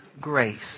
grace